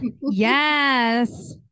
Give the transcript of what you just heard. yes